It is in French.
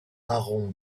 aron